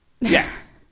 Yes